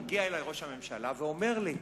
מגיע אלי ראש הממשלה ואומר לי: